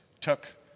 took